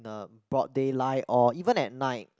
the broad daylight or even at night